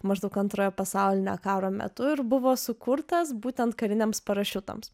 maždaug antrojo pasaulinio karo metu ir buvo sukurtas būtent kariniams parašiutams